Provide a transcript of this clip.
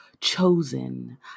chosen